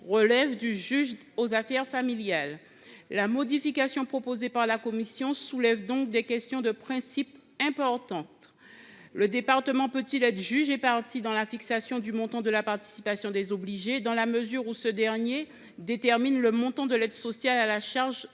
relève du juge aux affaires familiales. La modification proposée par la commission soulève donc des questions de principe importantes : le département peut il être juge et partie dans la fixation du montant de la participation des obligés, dans la mesure où ce dernier détermine le montant de l’aide sociale à la charge